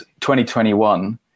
2021